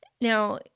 Now